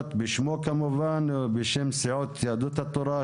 בשמו כמובן ובשם סיעות יהדות התורה,